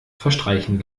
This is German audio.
verstreichen